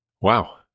wow